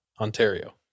Ontario